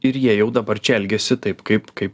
ir jie jau dabar čia elgiasi taip kaip kaip